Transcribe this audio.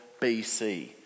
BC